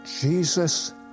Jesus